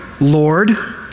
Lord